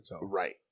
Right